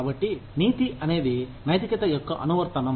కాబట్టి నీతి అనేది నైతికత యొక్క అనువర్తనం